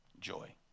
Joy